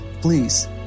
please